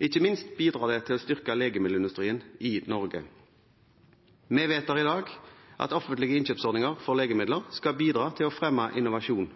Ikke minst bidrar det til å styrke legemiddelindustrien i Norge. Vi vedtar i dag at offentlige innkjøpsordninger for legemidler skal bidra til å fremme innovasjon.